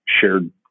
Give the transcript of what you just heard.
shared